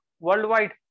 worldwide